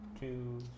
two